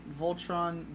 voltron